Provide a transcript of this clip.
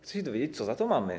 Chcę się dowiedzieć, co z tego mamy.